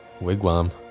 wigwam